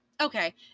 Okay